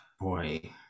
Boy